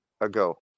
ago